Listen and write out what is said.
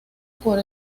por